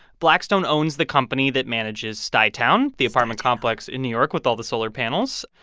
blackstone owns the company that manages stuytown, the apartment complex in new york with all the solar panels.